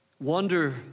Wonder